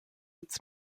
its